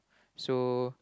so